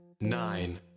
nine